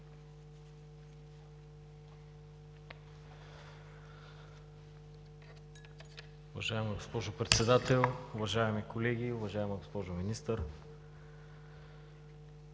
Уважаема госпожо Председател, уважаеми колеги! Уважаема госпожо Министър,